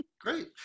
Great